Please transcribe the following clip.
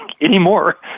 anymore